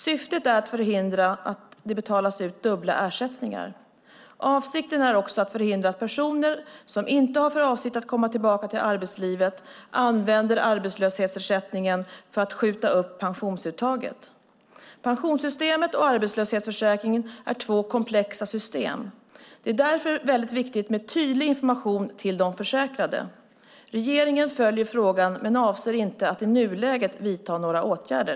Syftet är att förhindra att det betalas ut dubbla ersättningar. Avsikten är också att förhindra att personer som inte har för avsikt att komma tillbaka till arbetslivet använder arbetslöshetsersättning för att skjuta upp pensionsuttaget. Pensionssystemet och arbetslöshetsförsäkringen är två komplexa system. Det är därför viktigt med tydlig information till de försäkrade. Regeringen följer frågan men avser inte att i nuläget vidta några åtgärder.